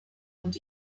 und